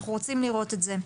אנחנו רוצים לראות את זה.